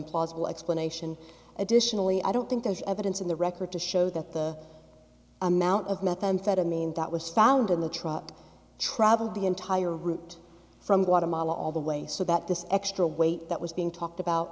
implausible explanation additionally i don't think there's evidence in the record to show that the amount of methamphetamine that was found in the truck traveled the entire route from guatemala all the way so that this extra weight that was being talked about